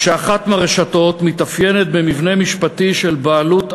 כשאחת הרשתות מתאפיינת במבנה משפטי של בעלות אנכית,